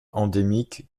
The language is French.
endémique